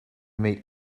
meet